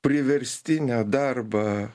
priverstinę darbą